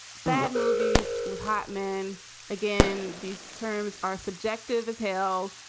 bad movies with hot men again. these terms are subjective as hell,